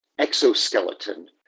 Exoskeleton